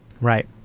Right